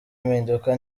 impinduka